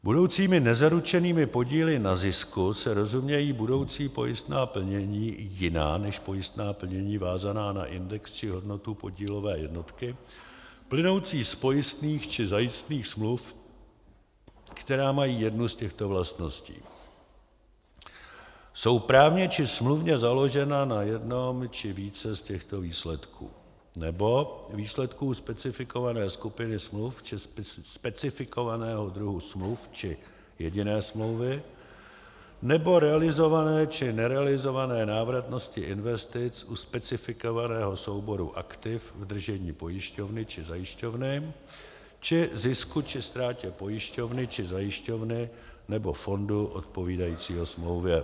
Budoucími nezaručenými podíly na zisku se rozumějí budoucí pojistná plnění, jiná než pojistná plnění vázaná na index či hodnotu podílové jednotky plynoucí z pojistných či zajistných smluv, která mají jednu z těchto vlastností: jsou právně či smluvně založena na jednom či více z těchto výsledků nebo výsledků specifikované skupiny smluv či specifikovaného druhu smluv či jediné smlouvy nebo realizované či nerealizované návratnosti investic u specifikovaného souboru aktiv v držení pojišťovny či zajišťovny či zisku či ztrátě pojišťovny či zajišťovny nebo fondu odpovídajícího smlouvě.